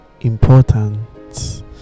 important